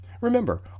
Remember